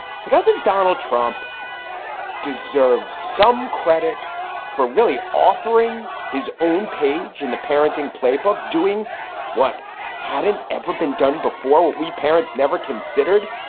so doesn't donald trump deserve some credit for really authoring his own page in the parenting playbook, doing what hadn't ever been done before? we parents never considered.